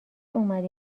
اومدی